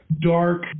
dark